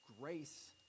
grace